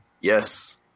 yes